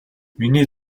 миний